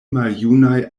maljunaj